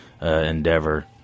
endeavor